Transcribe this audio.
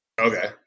Okay